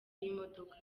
y’imodoka